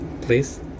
please